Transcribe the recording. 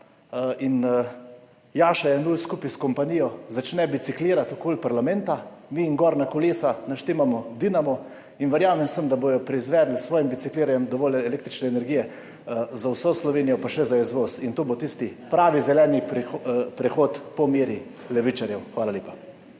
in Jaša Jenull skupaj s kompanijo začne biciklirati okoli parlamenta, mi jim na kolesa naštimamo dinamo in verjamem, da bodo proizvedli svojim bicikliranjem dovolj električne energije za vso Slovenijo pa še za izvoz. In to bo tisti pravi zeleni prehod po meri levičarjev. Hvala lepa.